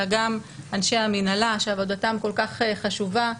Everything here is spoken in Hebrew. אלא גם אנשי המנהלה שעבודתם כל כך חשובה,